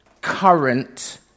current